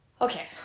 Okay